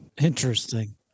Interesting